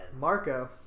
Marco